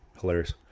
Hilarious